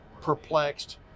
perplexed